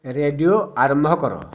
radio ଆରମ୍ଭ କର